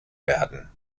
werden